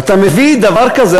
ואתה מביא דבר כזה,